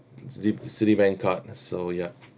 citi~ citibank card so ya